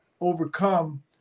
overcome